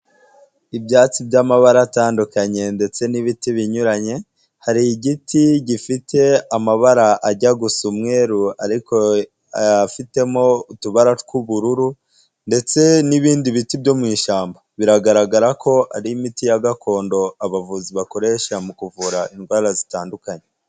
Ibyatsi by'amabara atandukanye ndetse n'ibiti binyuranye. Hari igiti gifite amabara ajya gusa umweru ariko afitemo utubara tw'ubururu ndetse n'ibindi biti byo mu ishyamba. Biragaragara ko ari imiti ya gakondo, abavuzi bakoresha mu kuvura indwara zitandukanye.